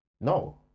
No